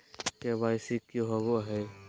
KYC की होबो है?